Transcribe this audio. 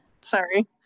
Sorry